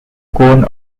cone